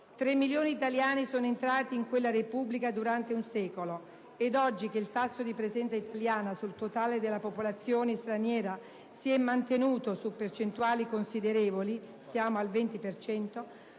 milioni di italiani sono entrati in quella Repubblica durante un secolo, ed oggi che il tasso di presenza italiana sul totale della popolazione straniera si è mantenuto su percentuali considerevoli (siamo al 20